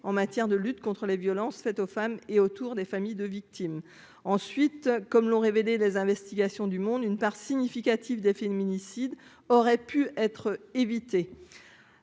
en matière de lutte contre les violences faites aux femmes et autour des familles de victimes, ensuite, comme l'ont révélé les investigations du monde une part significative des féminicides aurait pu être évité